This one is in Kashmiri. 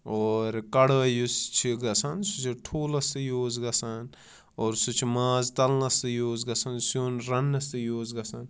اور کَڑٲے یُس چھِ گژھان سُہ چھِ ٹھوٗلَس تہِ یوٗز گژھان اور سُہ چھِ ماز تَلنَس تہِ یوٗز گژھان سِیُٚن رَننَس تہِ یوٗز گژھان